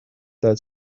that